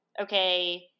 okay